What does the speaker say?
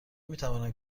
میتوانم